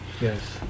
Yes